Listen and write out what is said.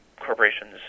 Corporations